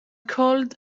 called